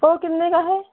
वह कितने का है